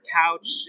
couch